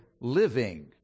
living